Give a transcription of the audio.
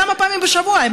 כמה פעמים בשבוע,